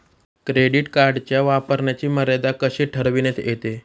Credit कार्डच्या वापराची मर्यादा कशी ठरविण्यात येते?